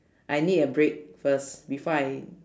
I need a break first before I